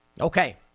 Okay